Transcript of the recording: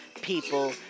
people